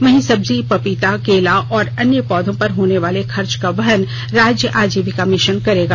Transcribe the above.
वहीं सब्जी पपीता केला और अन्य पौधों पर होने वाले खर्च का वहन राज्य आजीविका मिशन करेगा